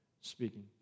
speaking